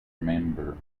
member